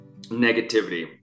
negativity